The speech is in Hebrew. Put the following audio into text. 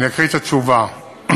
תודה.